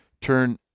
turn